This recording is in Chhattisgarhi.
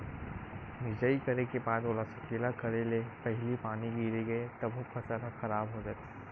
मिजई करे के बाद ओला सकेला करे ले पहिली पानी गिरगे तभो फसल ह खराब हो जाथे